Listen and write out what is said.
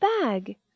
bag